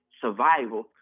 survival